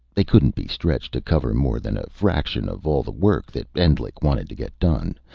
they couldn't be stretched to cover more than a fraction of all the work that endlich wanted to get done.